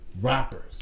rappers